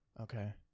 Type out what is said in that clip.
Okay